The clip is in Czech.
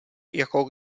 jako